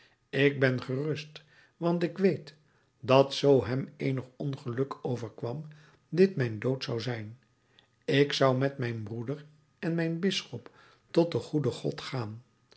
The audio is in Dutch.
ik ben gerust want ik weet dat zoo hem eenig ongeluk overkwam dit mijn dood zou zijn ik zou met mijn broeder en mijn bisschop tot den goeden god gaan